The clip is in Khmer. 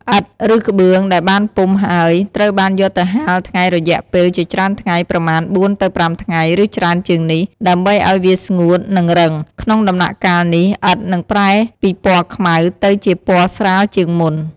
ឥដ្ឋ ឬក្បឿងដែលបានពុម្ពហើយ ត្រូវបានយកទៅហាលថ្ងៃរយៈពេលជាច្រើនថ្ងៃ ប្រមាណ ៤ ទៅ ៥ ថ្ងៃ ឬច្រើនជាងនេះ ដើម្បីឱ្យវាស្ងួត និងរឹង។ ក្នុងដំណាក់កាលនេះ ឥដ្ឋនឹងប្រែពីពណ៌ខ្មៅទៅជាពណ៌ស្រាលជាងមុន។